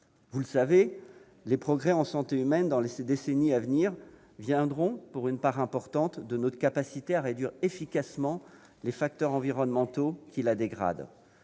Vous le savez, les progrès de la santé humaine dans les décennies à venir viendront, pour une part importante, de notre capacité à réduire efficacement les facteurs environnementaux qui dégradent